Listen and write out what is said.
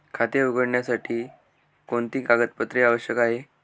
खाते उघडण्यासाठी कोणती कागदपत्रे आवश्यक आहे?